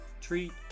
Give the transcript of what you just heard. treat